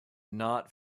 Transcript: not